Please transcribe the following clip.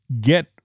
get